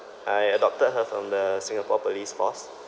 I adopted her from the singapore police force